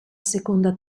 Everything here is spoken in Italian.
seconda